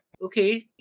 Okay